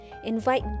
Invite